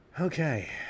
Okay